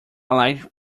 light